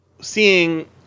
seeing